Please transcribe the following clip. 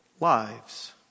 lives